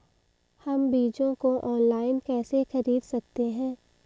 हम बीजों को ऑनलाइन कैसे खरीद सकते हैं?